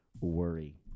worry